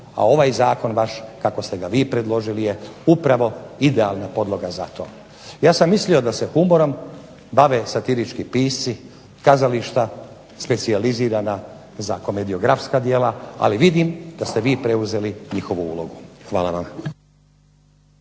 a ovaj zakon vaš kako ste ga vi predložili upravo idealna podloga za to. Ja sam mislio da se humorom bave satirički pisci, kazališta, specijalizirana za komediografska djela ali vidim da set vi preuzeli njihovu ulogu. Hvala vam.